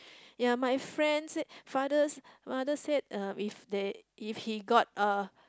ya my friend said father said mother said um if they if he got a